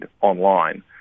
online